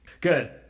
Good